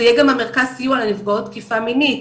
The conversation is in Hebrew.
זה יהיה גם המרכז סיוע לנפגעות תקיפה מינית,